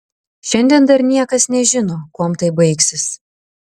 šiandien dar niekas nežino kuom tai baigsis